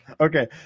Okay